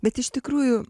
bet iš tikrųjų